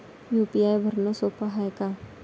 UPI भरनं सोप हाय का?